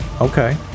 Okay